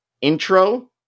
intro